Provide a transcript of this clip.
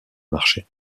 marché